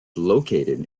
located